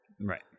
Right